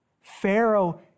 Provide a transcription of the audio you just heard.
Pharaoh